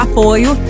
Apoio